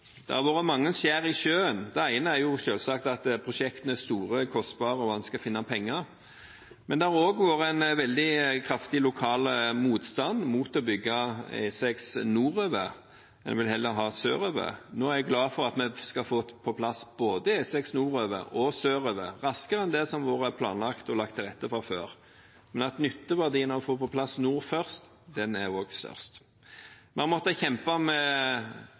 Det har vært mange skjær i sjøen. Det ene er selvsagt at prosjektene er store og kostbare og det er vanskelig å finne penger, men det har også vært en veldig kraftig lokal motstand mot å bygge E6 nordover, en vil heller ha den sørover. Nå er jeg glad for at vi skal få på plass både E6 nordover og E6 sørover, raskere enn det som har vært planlagt og lagt til rette for før. Nytteverdien av å få på plass nord først er også størst. Vi har måttet kjempe med